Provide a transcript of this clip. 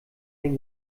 den